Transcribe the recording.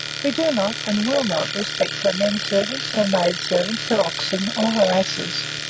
we do not, and will not, respect her men servants, her maid servants, her oxen, or her asses.